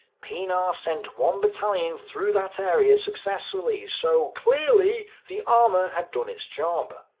pienaar sent one battalion through that area successfully, so clearly the armour had done its job.